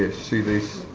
ah see these?